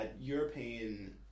European